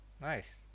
nice